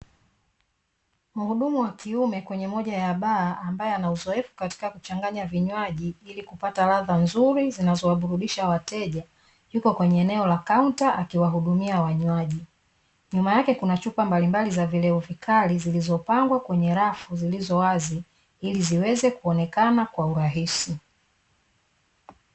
Mhudumu wa kiume kwenye moja ya baa ambaye ana uzoefu katika kuchanganya vinywaji ili kupata ladha nzuri zinazowaburudisha wateja, yupo kwenye eneo la kaunta akiwahudumia wanywaji. Nyuma yake kuna chupa za vilevi vikali zilizopangwa kwenye rafu zilizo wazi ili ziweze kuonekana kwa urahisi.